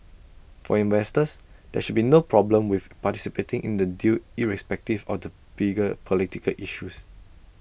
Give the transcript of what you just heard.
for investors there should be no problem with participating in the deal irrespective of the bigger political issues